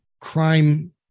crime